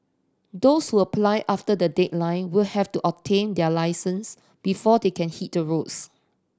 those who apply after the deadline will have to obtain their licence before they can hit the roads